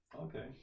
okay